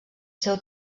seu